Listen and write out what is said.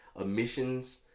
emissions